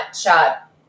shot